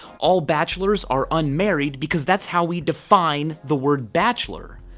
all bachelors are unmarried because that's how we define the word bachelor.